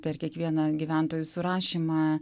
per kiekvieną gyventojų surašymą